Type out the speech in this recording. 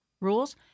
rules